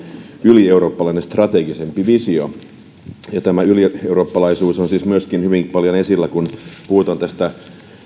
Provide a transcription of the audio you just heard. ylieurooppalainen strategisempi visio tämä ylieurooppalaisuus on siis myöskin hyvin paljon esillä kun puhutaan